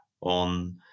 on